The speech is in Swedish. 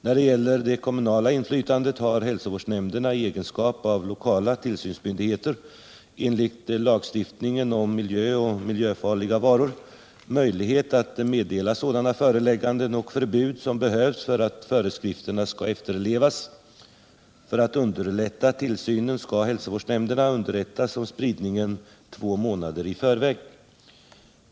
När det gäller det kommunala inflytandet har hälsovårdsnämnderna i egenskap av lokala tillsynsmyndigheter enligt lagstiftningen om hälsooch miljöfarliga varor möjlighet att meddela sådana förelägganden och förbud som behövs för att föreskrifterna skall efterlevas. För att underlätta tillsynen skall hälsovårdsnämnden underrättas om spridningen två månader i förväg.